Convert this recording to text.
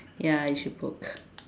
ya I should book